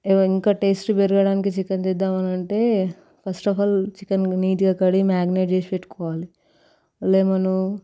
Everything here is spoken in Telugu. ఇంకా టేస్ట్ పెరగడానికి చికెన్ చేద్దామని అంటే ఫస్ట్ అఫ్ ఆల్ చికెన్ నీట్గా కడిగి మేగ్నర్ చేసి పెట్టుకోవాలి లెమను